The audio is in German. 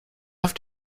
auf